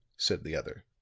said the other.